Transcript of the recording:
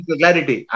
clarity